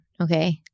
Okay